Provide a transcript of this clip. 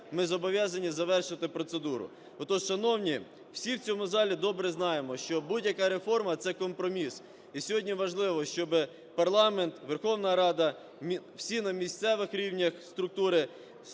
ми зобов'язані завершити процедуру. Отож, шановні, всі в цьому залі добре знаємо, що будь-яка реформа – це компроміс. І сьогодні важливо, щоб парламент, Верховна Рада, всі на місцевих рівнях структури